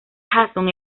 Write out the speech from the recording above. hanson